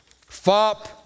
FOP